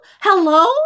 Hello